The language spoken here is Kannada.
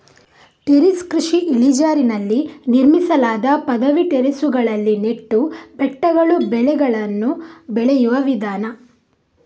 ಟೆರೇಸ್ ಕೃಷಿ ಇಳಿಜಾರಿನಲ್ಲಿ ನಿರ್ಮಿಸಲಾದ ಪದವಿ ಟೆರೇಸುಗಳಲ್ಲಿ ನೆಟ್ಟು ಬೆಟ್ಟಗಳು ಬೆಳೆಗಳನ್ನು ಬೆಳೆಯುವ ವಿಧಾನ